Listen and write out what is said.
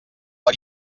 per